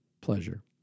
pleasure